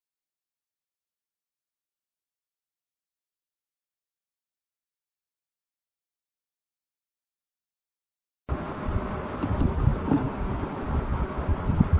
तो यह मूल रूप से परिवर्तन दर है फंक्शन f की बिंदु P पर 𝑎̂ की दिशा में प्रति यूनिट दूरी से